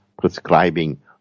prescribing